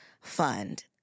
fund